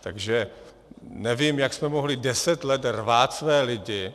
Takže nevím, jak jsme mohli deset let rvát své lidi.